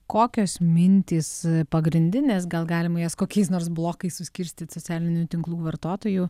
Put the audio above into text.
kokios mintys pagrindinės gal galima jas kokiais nors blokais suskirstyti socialinių tinklų vartotojų